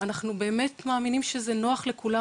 אנחנו באמת מאמינים שזה נוח לכולם.